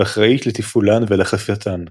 ואחראית לתפעולן ולאכיפתן.